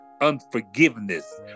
unforgiveness